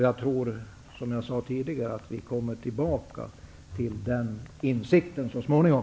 Jag tror, som jag sade tidigare, att man kommer tillbaka till den insikten så småningom.